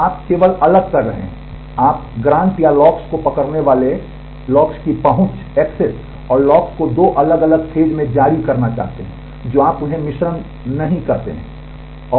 तो आप केवल अलग कर रहे हैं आप ग्रांट या तालों को पकड़ने वाले लॉक्स को दो अलग अलग चरणों में जारी करना जानते हैं जो आप उन्हें मिश्रण नहीं करते हैं